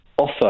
offer